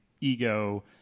ego